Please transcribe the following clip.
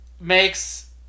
makes